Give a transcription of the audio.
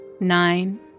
Nine